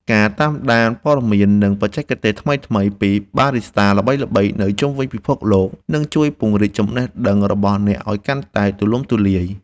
ការតាមដានព័ត៌មាន និងបច្ចេកទេសថ្មីៗពីបារីស្តាល្បីៗនៅជុំវិញពិភពលោក នឹងជួយពង្រីកចំណេះដឹងរបស់អ្នកឱ្យកាន់តែទូលំទូលាយ។